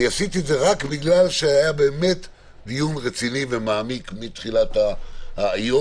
עשיתי את זה רק בגלל שהיה דיון רציני ומעמיק מתחילת היום,